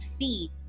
see